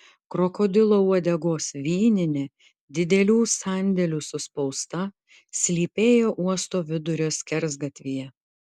krokodilo uodegos vyninė didelių sandėlių suspausta slypėjo uosto vidurio skersgatvyje